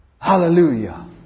Hallelujah